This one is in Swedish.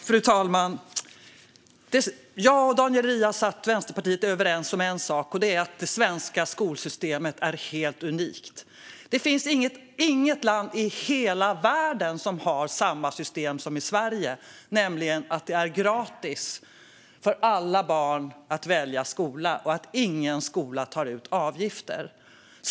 Fru talman! Jag och Daniel Riazat från Vänsterpartiet är överens om en sak, och det är att det svenska skolsystemet är helt unikt. Det finns inget land i hela världen som har samma system som Sverige, nämligen att det är gratis för alla barn att välja skola och att ingen skola tar ut avgifter.